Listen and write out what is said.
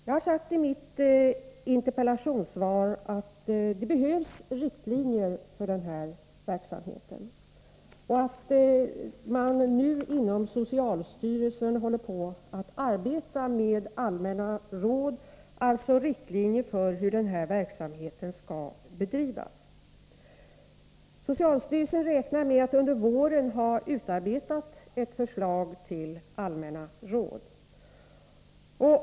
Jag har sagt i interpellationssvaret att det behövs riktlinjer för hur den här verksamheten skall bedrivas och att man inom socialstyrelsen nu håller på att arbeta med allmänna råd som alltså kommer att utmynna i sådana riktlinjer. Socialstyrelsen räknar med att under våren kunna lägga fram ett förslag till allmänna råd.